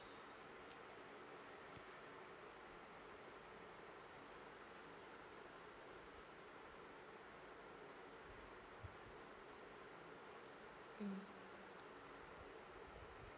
mm